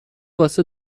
واسه